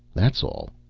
that's all.